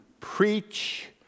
Preach